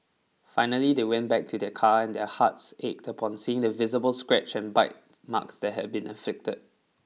finally they went back to their car and their hearts ached upon seeing the visible scratch and bite marks that had been inflicted